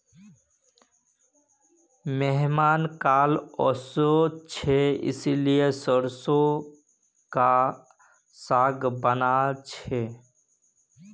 मेहमान कल ओशो छे इसीलिए सरसों का साग बाना छे